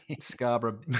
Scarborough